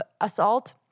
assault